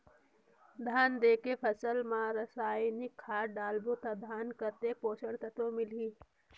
धान देंके फसल मा रसायनिक खाद डालबो ता धान कतेक पोषक तत्व मिलही?